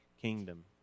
kingdom